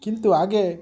କିନ୍ତୁ ଆଗେ